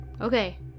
Okay